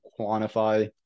quantify